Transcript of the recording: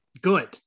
good